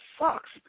sucks